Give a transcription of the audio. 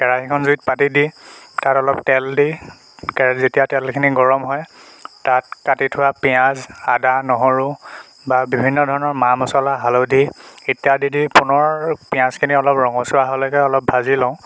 কেৰাহীখন জুইত পাতি দি তাত অলপ তেল দি যেতিয়া তেলখিনি গৰম হয় তাত কাটি থোৱা পিঁয়াজ আদা নহৰু বা বিভিন্ন ধৰণৰ মা মচলা হালধী ইত্যাদি দি পুনৰ পিঁয়াজখিনি অলপ ৰঙচুৱা হোৱালৈকে অলপ ভাজি লওঁ